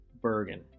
Bergen